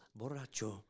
borracho